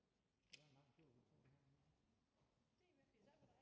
Tak